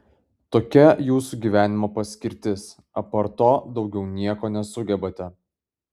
tokia jūsų gyvenimo paskirtis apart to daugiau nieko nesugebate